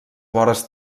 vores